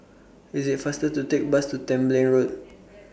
IT IS faster to Take Bus to Tembeling Road